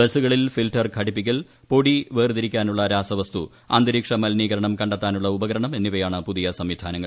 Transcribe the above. ബസുകളിൽ ഫിൽട്ടർ ഘടിപ്പിക്കൽ പൊടി വേർതിരിക്കാനുള്ള രാസവസ്തു അന്തരീക്ഷ മലിനീകരണം കണ്ടെത്താനുള്ള ഉപകരണം എന്നിവയാണ് പുതിയ സംവിധാനങ്ങൾ